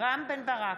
רם בן ברק,